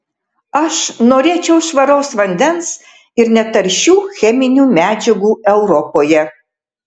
aš norėčiau švaraus vandens ir netaršių cheminių medžiagų europoje